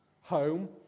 home